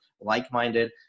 like-minded